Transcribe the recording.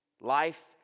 Life